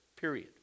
period